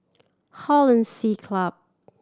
Hollandse Club